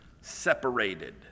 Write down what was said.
separated